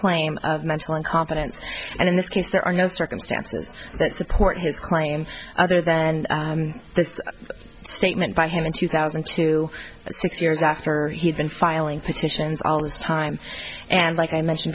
claim of mental incompetence and in this case there are no circumstances that support his claim other than the statement by him in two thousand to six years after he'd been filing petitions all this time and like i mentioned